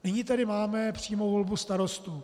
Nyní tady máme přímou volbu starostů.